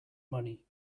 money